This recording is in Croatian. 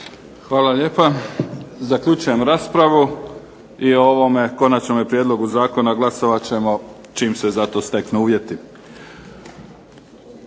Hvala lijepa. Zaključujem raspravu i o ovome konačnome prijedlogu zakona glasovat ćemo čim se za to steknu uvjeti.